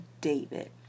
David